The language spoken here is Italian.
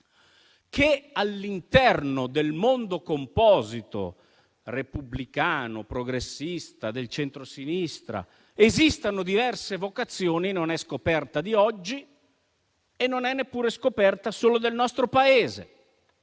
che all'interno del mondo composito - repubblicano, progressista - del centrosinistra esistano diverse vocazioni non è scoperta di oggi e non è neppure scoperta solo del nostro Paese.